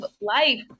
life